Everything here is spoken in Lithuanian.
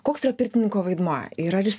koks yra pirtininko vaidmuo ir ar jis